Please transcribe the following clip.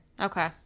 Okay